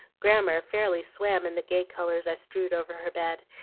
grammer fairly swam in the gay colors i strewed over her bed,